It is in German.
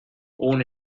ohne